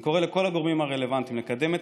אני קורא לכל הגורמים הרלוונטיים לקדם את